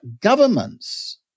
governments